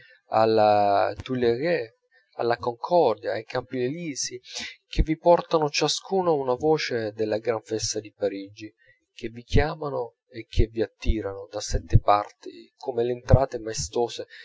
alle tuileries alla concordia ai campi elisi che vi portano ciascuna una voce della gran festa di parigi che vi chiamano e che v'attirano da sette parti come le entrate maestose